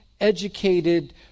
educated